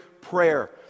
prayer